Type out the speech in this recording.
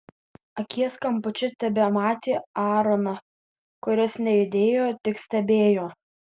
akies kampučiu tebematė aaroną kuris nejudėjo tik stebėjo